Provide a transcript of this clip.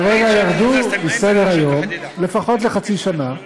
כרגע ירדו מסדר-היום לפחות לחצי שנה.